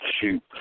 shoot –